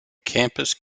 campus